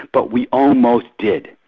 but we almost did.